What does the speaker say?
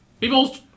People